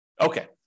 Okay